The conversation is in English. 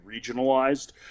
regionalized